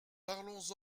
parlons